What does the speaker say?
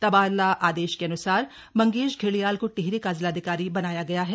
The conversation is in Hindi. तबादला आदेश के अन्सार मंगेश घिल्डियाल को टिहरी का जिलाधिकारी बनाया गया है